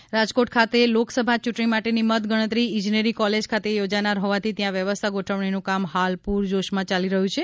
રાજકોટ મતગણતરી રાજકોટ ખાતે લોકસભા ચૂંટણી માટેની મતગણતરી ઇજનેરી કોલેજ ખાતે યોજાનાર હોવાથી ત્યાં વ્યવસ્થા ગોઠવણીનું કામ હાલ પુરજોશમાં ચાલી રહ્યું છે